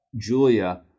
Julia